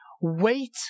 wait